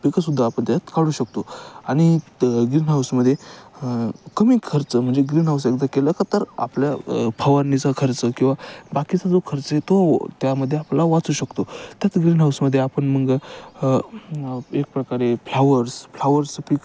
पिकं सुद्धा आपण त्याच्याच काढू शकतो आणि ग्रीन तर हाऊसमध्ये कमी खर्च म्हणजे ग्रीन हाऊस एकदा केलं का तर आपल्या फवारणीचा खर्च किंवा बाकीचा जो खर्च आहे तो त्यामध्ये आपला वाचू शकतो त्यात ग्रीन हाऊसमध्ये आपण मग एक प्रकारे फ्लावर्स फ्लावर्सचं पीक